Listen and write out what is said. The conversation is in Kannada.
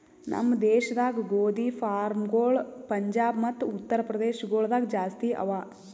ನಮ್ ದೇಶದಾಗ್ ಗೋದಿ ಫಾರ್ಮ್ಗೊಳ್ ಪಂಜಾಬ್ ಮತ್ತ ಉತ್ತರ್ ಪ್ರದೇಶ ಗೊಳ್ದಾಗ್ ಜಾಸ್ತಿ ಅವಾ